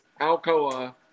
Alcoa